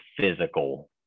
physical